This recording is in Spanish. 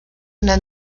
una